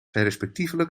respectievelijk